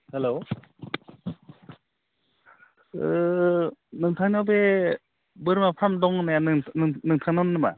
हेल' नोंथाङा बे बोरमा फार्म दं होननाया नोंथांनावनो नामा